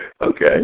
Okay